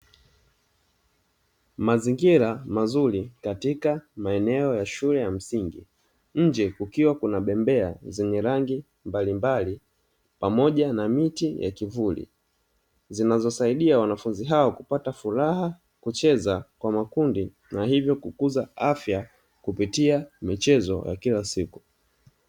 Mazingira mazuri katika maeneo ya shule ya msingi, nje kukiwa kuna bembea zenye rangi mbalimbali pamoja na miti ya kivuli. Zinazosaidia wanafunzi hao kupata furaha, kucheza kwa makundi na hivyo kukuza afya kupitia michezo ya kila siku.